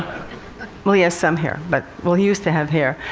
well, he has some hair but well, he used to have hair.